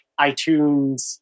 iTunes